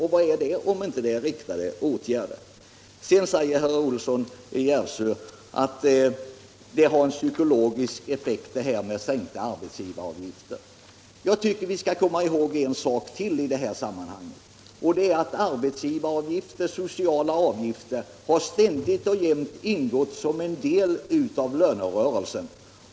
Vad är det om inte riktade åtgärder? Herr Olsson i Järvsö säger att sänkta arbetsgivaravgifter skulle få en psykologisk effekt. Jag tycker att vi i detta sammanhang skall komma ihåg att arbetsgivaravgifter och sociala avgifter ständigt och jämt varit en del av lönerörelsen.